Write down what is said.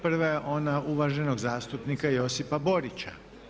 Prva je ona uvaženog zastupnika Josipa Borića.